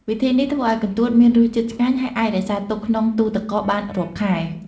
វិធីនេះធ្វើឱ្យកន្ទួតមានរសជាតិឆ្ងាញ់ ហើយអាចរក្សាទុកក្នុងទូទឹកកកបានរាប់ខែ។